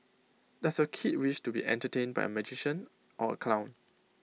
does your kid wish to be entertained by A magician or A clown